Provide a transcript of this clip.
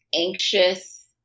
anxious